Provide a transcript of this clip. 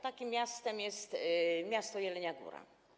Takim miastem jest miasto Jelenia Góra.